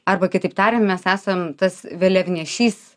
arba kitaip tarian mes esam tas vėliavnešys